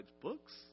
books